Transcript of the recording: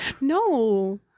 No